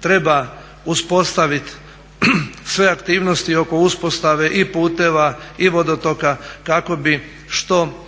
treba uspostaviti sve aktivnosti oko uspostave i putova i vodotoka kako bi što